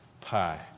pie